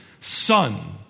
son